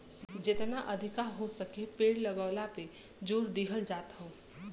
जेतना अधिका हो सके पेड़ लगावला पे जोर दिहल जात हौ